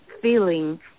feeling